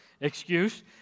excuse